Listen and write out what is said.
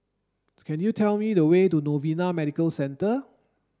can you tell me the way to Novena Medical Centre